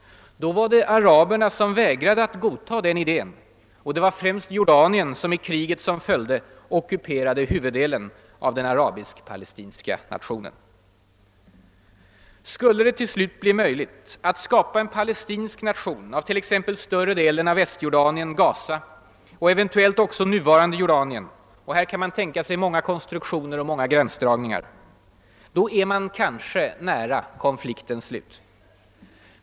Då var det araberna som vägrade att godta den idén, och det var främst Jordanien som i det krig som följde ockuperade huvuddelen av den arabisk-palestinska nationen. Skulle det till slut bli möjligt att skapa en palestinsk nation av t.ex. större delen av Västjordanien, Ghaza och eventuellt också nuvarande Jordanien — här kan man tänka sig många konstruktioner och gränsdragningar — är man kanske nära konfliktens slut.